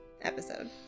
episode